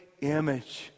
image